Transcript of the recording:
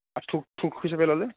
আৰু থোক থোক হিচাপে ল'লে